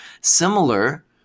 Similar